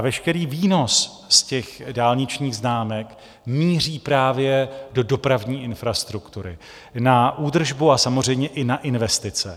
Veškerý výnos z dálničních známek míří právě do dopravní infrastruktury, na údržbu a samozřejmě i na investice.